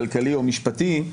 כלכלי או משפטי,